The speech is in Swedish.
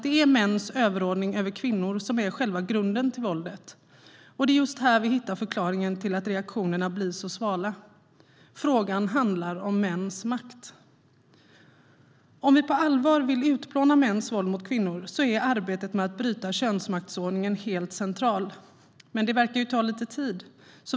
Det är mäns överordning över kvinnor som är själva grunden till våldet. Och det är just här vi hittar förklaringen till att reaktionerna blir så svala. Frågan handlar om mäns makt. Om vi på allvar vill utplåna mäns våld mot kvinnor är arbetet för att bryta könsmaktsordningen helt centralt. Men det verkar ta lite tid.